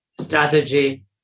strategy